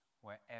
wherever